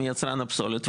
מיצרן הפסולת.